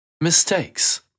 Mistakes